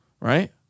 Right